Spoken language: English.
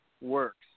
works